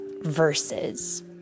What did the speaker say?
Verses